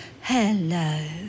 Hello